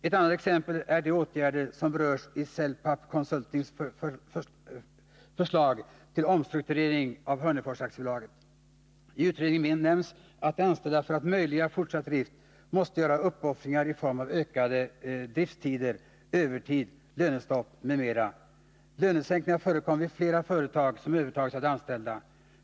Ett annat exempel är de åtgärder som berörs i Celpap Consultings förslag till omstrukturering av Hörneforsaktiebolaget. I utredningen nämns att de anställda för att möjliggöra fortsatt drift måste göra uppoffringar i form av ökade driftstider, övertid, lönestopp m.m. Lönesänkningar har förekommit vid flera företag som har övertagits av de anställda.